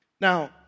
Now